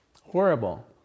Horrible